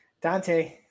Dante